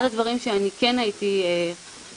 אחד הדברים שאני כן הייתי רוצה,